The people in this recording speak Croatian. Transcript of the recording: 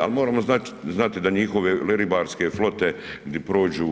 Ali moramo znati gdje njihove ribarske flote prođu